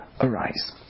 arise